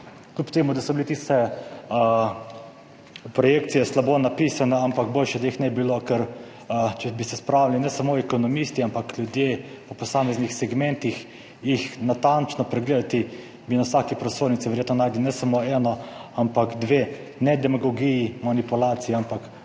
Kljub temu da so bile tiste projekcije slabo napisane, boljše, da jih ne bi bilo, ker če bi se jih spravili ne samo ekonomisti, ampak ljudje po posameznih segmentih natančno pregledati, bi na vsaki prosojnici verjetno našli ne samo eno, ampak dve ne demagogiji, manipulaciji, ampak,